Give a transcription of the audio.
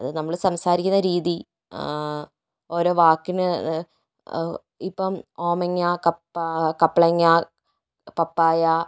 അത് നമ്മൾ സംസാരിക്കുന്ന രീതി ഓരോ വാക്കിന് ഇപ്പോൾ ഓമങ്ങ കപ്പ കപ്പളങ്ങ പപ്പായ